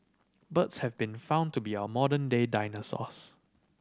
birds have been found to be our modern day dinosaurs